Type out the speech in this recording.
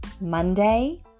Monday